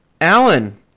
alan